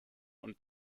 und